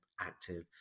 active